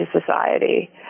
society